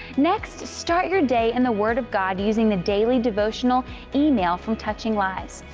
next, start your day in the word of god using the daily devotional email from touching lives.